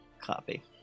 Copy